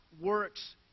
works